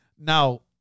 Now